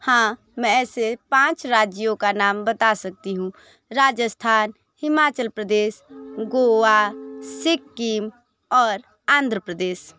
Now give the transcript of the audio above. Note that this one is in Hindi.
हाँ मैं ऐसे पाँच राज्यों का नाम बता सकती हूँ राजस्थान हिमाचल प्रदेश गोवा सिक्किम और आंध्र प्रदेश